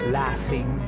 laughing